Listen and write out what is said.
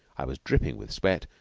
i was dripping with sweat,